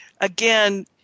again